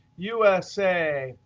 usa,